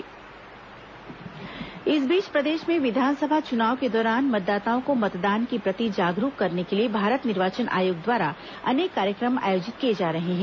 मतदाता जागरूकता अभियान इस बीच प्रदेश में विधानसभा चुनाव के दौरान मतदाताओं को मतदान के प्रति जागरूक करने के लिए भारत निर्वाचन आयोग द्वारा अनेक कार्यक्रम आयोजित किए जा रहे हैं